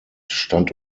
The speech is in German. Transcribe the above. stand